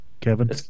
Kevin